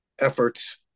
efforts